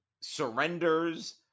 surrenders